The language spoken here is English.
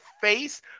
face